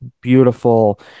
beautiful